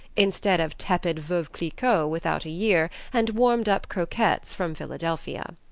instead of tepid veuve clicquot without a year and warmed-up croquettes from philadelphia.